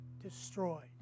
Destroyed